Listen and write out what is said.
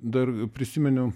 dar prisiminiau